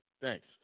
Thanks